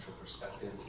perspective